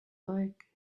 like